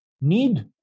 need